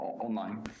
online